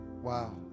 Wow